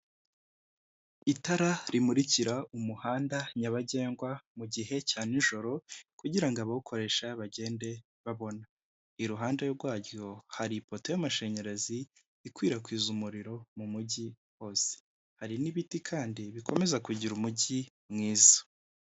Itara rimurikira umuhanda nyabagendwa mu gihe cya n'ijoro, kugira ngo abawukoresha bagende ba bona. Iruhande rwaryo hari ipoto y'amashanyarazi ikwirakwiza umuriro mu mujyi hose, hari n'ibiti kandi bikomeza kugira umujyi mwiza.